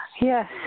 Yes